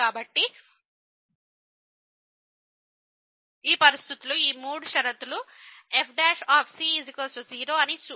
కాబట్టి ఈ పరిస్థితులు ఈ మూడు షరతులు fc0 అని సూచిస్తాయి